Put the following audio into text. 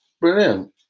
Brilliant